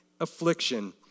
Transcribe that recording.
affliction